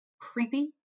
creepy